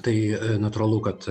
tai natūralu kad